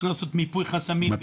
צריכים לעשות מיפוי חסמים,